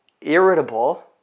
irritable